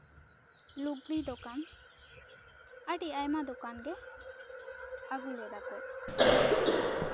ᱞᱩᱜᱽᱲᱤ ᱫᱚᱠᱟᱱ ᱟᱹᱰᱤ ᱟᱭᱢᱟ ᱫᱚᱠᱟᱱᱜᱮ ᱟᱜᱩ ᱞᱮᱫᱟ ᱠᱚ